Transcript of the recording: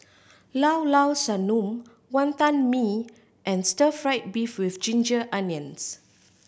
Llao Llao Sanum Wantan Mee and stir fried beef with ginger onions